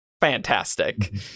Fantastic